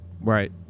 Right